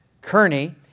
Kearney